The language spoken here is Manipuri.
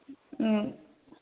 ꯎꯝ